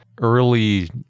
early